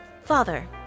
Father